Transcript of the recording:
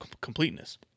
completeness